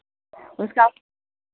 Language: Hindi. उसका